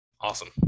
Awesome